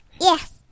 Yes